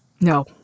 No